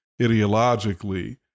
ideologically